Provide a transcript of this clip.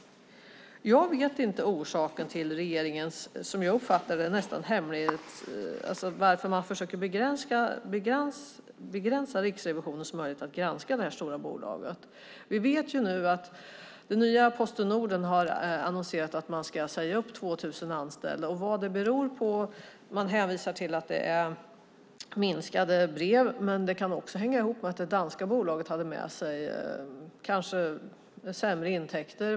Jag vet inte orsaken till att regeringen, som jag uppfattar det, försöker begränsa Riksrevisionens möjlighet att granska det här stora bolaget. Vi vet nu att det nya Posten Norden har annonserat att man ska säga upp 2 000 anställda. Vad beror det på? Man hänvisar till att det är en minskad mängd brev, men det kan också hänga ihop med att det danska bolaget kanske hade med sig sämre intäkter.